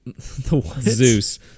Zeus